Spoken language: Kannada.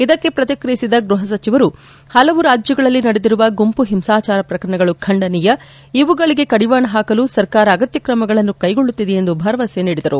ಇದಕ್ಕೆ ಪ್ರತಿಕ್ರಿಯಿಸಿದ ಗೃಹ ಸಚಿವರು ಪಲವು ರಾಜ್ಯಗಳಲ್ಲಿ ನಡೆದಿರುವ ಗುಂಪು ಹಿಂಸಾಚಾರ ಪ್ರಕರಣಗಳು ಖಂಡನೀಯ ಇವುಗಳಿಗೆ ಕಡಿವಾಣ ಹಾಕಲು ಸರ್ಕಾರ ಅಗತ್ಯ ಕ್ರಮಗಳನ್ನು ಕೈಗೊಳ್ಳುತ್ತಿದೆ ಎಂದು ಭರವಸೆ ನೀಡಿದರು